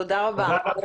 תודה רבה.